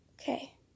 okay